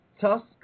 tusk